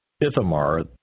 Ithamar